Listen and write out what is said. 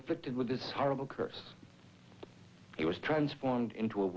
afflicted with this horrible curse it was transformed into a